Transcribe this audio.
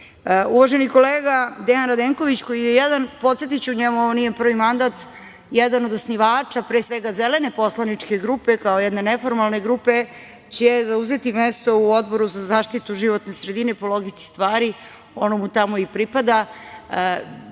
kolega Dejan Radenković, podsetiću, ovo mu nije prvi mandat, jedan od osnivača, pre svega, Zelene poslaničke grupe, kao jedne neformalne grupe, će zauzeti mesto u Odboru za zaštitu životne sredine, po logici stvari, ono mu tamo i pripada.